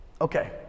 Okay